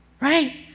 Right